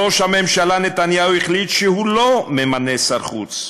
ראש הממשלה נתניהו החליט שהוא לא ממנה שר חוץ.